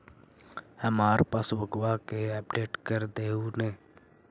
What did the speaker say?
हमार पासबुकवा के अपडेट कर देहु ने?